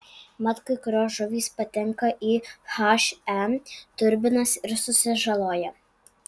mat kai kurios žuvys patenka į he turbinas ir susižaloja